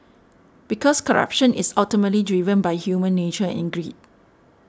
because corruption is ultimately driven by human nature and greed